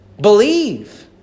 Believe